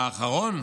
האחרון,